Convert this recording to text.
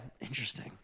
Interesting